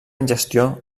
ingestió